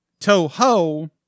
Toho